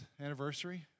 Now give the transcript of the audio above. anniversary